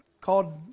called